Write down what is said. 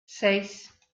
seis